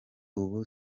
ubu